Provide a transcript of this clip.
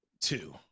Two